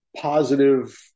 positive